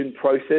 process